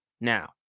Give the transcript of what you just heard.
now